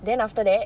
then after that